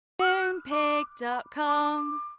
MoonPig.com